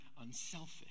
unselfish